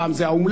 פעם זה האומלל,